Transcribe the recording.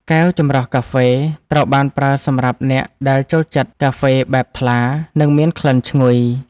កែវចម្រោះកាហ្វេ ត្រូវបានប្រើសម្រាប់អ្នកដែលចូលចិត្តកាហ្វេបែបថ្លា និងមានក្លិនឈ្ងុយ។